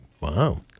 Wow